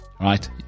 Right